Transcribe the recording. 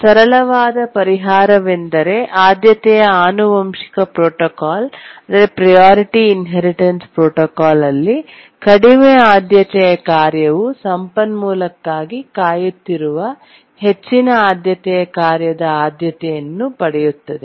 ಸರಳವಾದ ಪರಿಹಾರವೆಂದರೆ ಆದ್ಯತೆಯ ಆನುವಂಶಿಕ ಪ್ರೋಟೋಕಾಲ್ ಪ್ರಿಯೋರಿಟಿ ಇನ್ಹೆರಿಟನ್ಸ್ ಪ್ರೋಟೋಕಾಲ್ ಅಲ್ಲಿ ಕಡಿಮೆ ಆದ್ಯತೆಯ ಕಾರ್ಯವು ಸಂಪನ್ಮೂಲಕ್ಕಾಗಿ ಕಾಯುತ್ತಿರುವ ಹೆಚ್ಚಿನ ಆದ್ಯತೆಯ ಕಾರ್ಯದ ಆದ್ಯತೆಯನ್ನು ಪಡೆಯುತ್ತದೆ